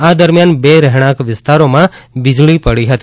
આ દરમિયાન બે રહેણાંક વિસ્તારોમાં વીજળી પડી હતી